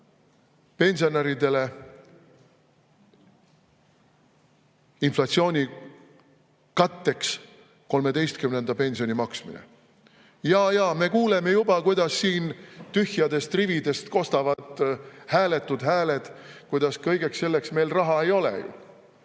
pensionäridele inflatsiooni katteks 13. pensioni maksmine. Jajaa, me juba kuuleme, kuidas siin tühjadest rividest kostavad hääletud hääled, kuidas kõigeks selleks meil raha ei ole.